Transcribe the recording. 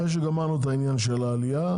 אחרי שגמרנו את העניין של העלייה,